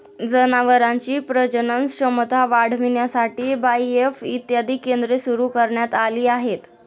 जनावरांची प्रजनन क्षमता वाढविण्यासाठी बाएफ इत्यादी केंद्रे सुरू करण्यात आली आहेत